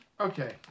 Okay